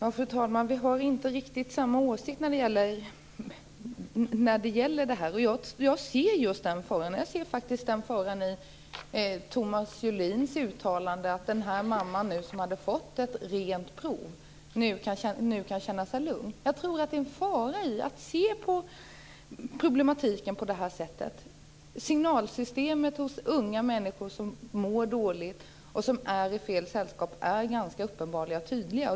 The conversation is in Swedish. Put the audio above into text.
Fru talman! Vi har inte riktigt samma åsikt när det gäller denna fråga. Jag ser faran i Thomas Julins uttalande. Jag ser en fara i att den mamma som får ett rent prov känner sig lugn. Jag tror att det är en fara i att se på problematiken på detta sätt. Signalerna från unga människor som mår dåligt och som är i fel sällskap är ganska uppenbara och tydliga.